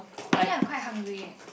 actually I am quite hungry eh